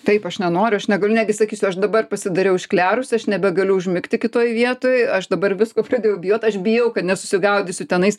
taip aš nenoriu aš negaliu negi sakysiu aš dabar pasidariau išklerus aš nebegaliu užmigti kitoj vietoj aš dabar visko pradėjau bijot aš bijau kad nesusigaudysiu tenais